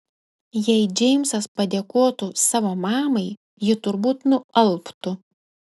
jei džeimsas padėkotų savo mamai ji turbūt nualptų